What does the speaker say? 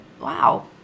wow